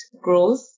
growth